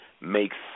makes